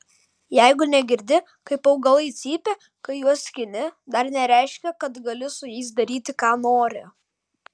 jeigu negirdi kaip augalai cypia kai juos skini dar nereiškia kad gali su jais daryti ką nori